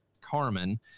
Carmen